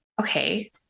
okay